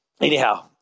anyhow